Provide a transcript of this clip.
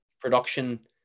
production